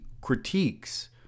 critiques